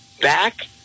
back